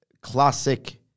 classic